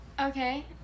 Okay